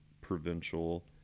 Provincial